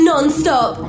Non-stop